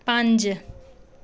ਪੰਜ